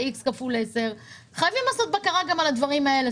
ב-X כפול 10. חייבים לעשות בקרה גם על הדברים האלה.